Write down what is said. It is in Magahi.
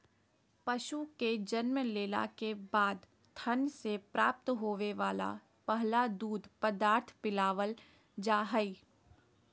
पशु के जन्म लेला के बाद थन से प्राप्त होवे वला पहला दूध पदार्थ पिलावल जा हई